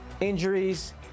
injuries